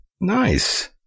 Nice